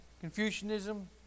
Confucianism